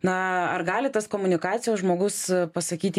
na ar gali tas komunikacijos žmogus pasakyti